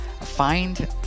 Find